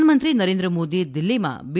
પ્રધાનમંત્રી નરેન્દ્ર મોદી દિલ્હીમાં બી